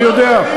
אני יודע,